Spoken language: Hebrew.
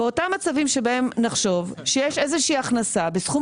באותם מצבים שבהם נחשוב שיש איזה שהיא הכנסה בסכום